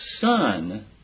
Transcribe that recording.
Son